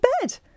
bed